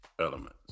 elements